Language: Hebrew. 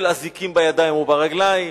של אזיקים על הידיים והרגליים,